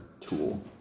tool